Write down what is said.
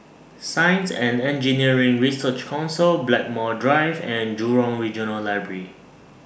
Science and Engineering Research Council Blackmore Drive and Jurong Regional Library